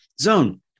zone